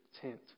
tent